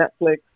Netflix